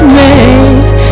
makes